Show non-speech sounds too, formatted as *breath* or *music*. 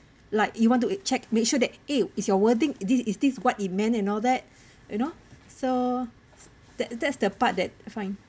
like you want to check make sure that eh is your wording this is is this what it meant and all that *breath* you know so that that's the part that I find